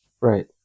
Right